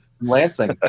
Lansing